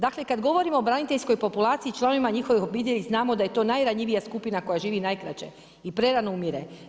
Dakle, kad govorimo o braniteljskoj populaciji i članovima njihovih obitelji znamo da je to najranjivija skupina koja živi najkraće i prerano umire.